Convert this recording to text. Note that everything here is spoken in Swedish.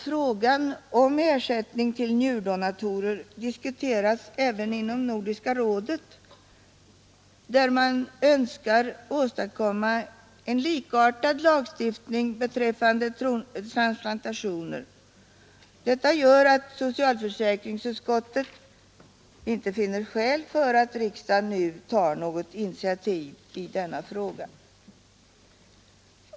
Frågan om ersättning till njurdonatorer diskuteras även inom Nordiska rådet, där man önskar åstadkomma en likartad lagstiftning beträffande transplantationer. Det gör att socialförsäkringsutskottet inte finner skäl för att riksdagen nu tar något initiativ i denna fråga.